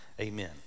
amen